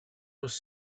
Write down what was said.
was